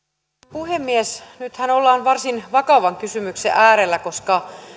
puhemies nythän ollaan varsin vakavan kysymyksen äärellä koska